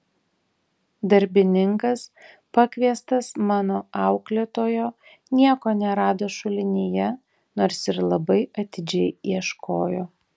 darbininkas pakviestas mano auklėtojo nieko nerado šulinyje nors ir labai atidžiai ieškojo